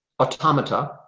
automata